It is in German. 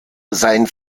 sein